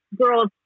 girls